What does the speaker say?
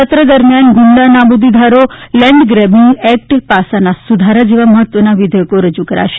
સત્ર દરમ્યાન ગુંડા નાબુદી ધારો લેન્ડ ગ્રેબિંગ એક્ટ પાસાના સુધારા જેવા મહત્વના વિધેયકો રજૂ કરાશે